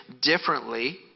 differently